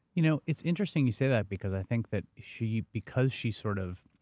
you know it's interesting you say that because i think that she, because she sort of,